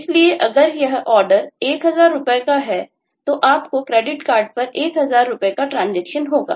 इसलिए अगर यह Order 1000 रुपए का है तो आपको क्रेडिट कार्ड पर 1000 रुपए का Transaction होगा